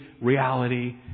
reality